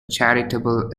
charitable